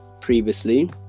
previously